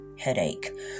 headache